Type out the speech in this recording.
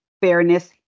fairness